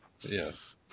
Yes